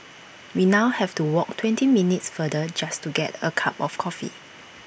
we now have to walk twenty minutes farther just to get A cup of coffee